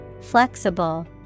Flexible